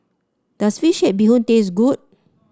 does fish head Bee Hoon taste good